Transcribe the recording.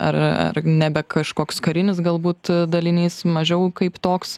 ar ar nebe kažkoks karinis galbūt dalinys mažiau kaip toks